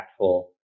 impactful